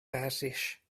persisch